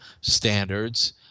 standards